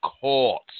court